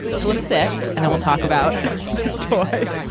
so let's set and then we'll talk about let's talk